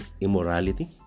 immorality